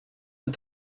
and